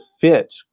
fit